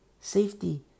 Safety